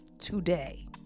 today